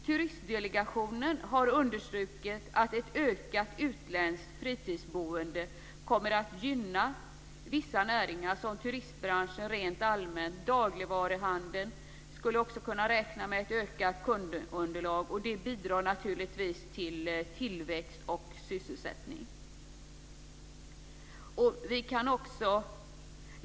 Turistdelegationen har understrukit att ett ökat utländskt fritidsboende kommer att gynna vissa näringar som turistbranschen rent allmänt, och dagligvaruhandeln skulle också kunna räkna med ett ökat kundunderlag, vilket naturligtvis bidrar till tillväxt och sysselsättning.